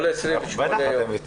כל 28 ימים.